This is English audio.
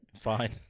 fine